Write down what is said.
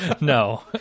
No